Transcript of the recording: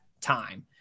time